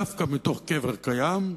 דווקא מתוך קבר קיים,